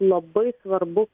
labai svarbu